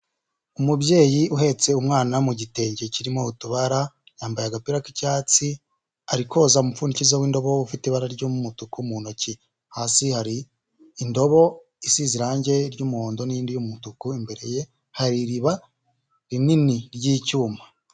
Umubyeyi uhetse umwana mu gitenge kirimo utubara, yambaye agapira k'icyatsi, ari koza umupfundikizo w'indobo ufite ibara ry'umutuku mu ntoki, hasi hari indobo isize irangi ry'umuhondo n'indi y'umutuku, imbere hari iriba rinini ry'icyuma.